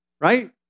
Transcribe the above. right